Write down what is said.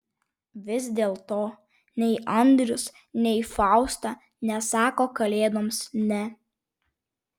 vis dėlto nei andrius nei fausta nesako kalėdoms ne